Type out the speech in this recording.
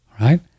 right